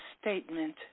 statement